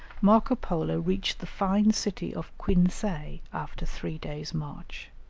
marco polo reached the fine city of quinsay, after three days' march.